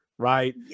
right